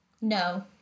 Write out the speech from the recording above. No